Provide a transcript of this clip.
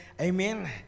amen